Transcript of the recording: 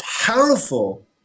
Powerful